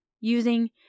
Using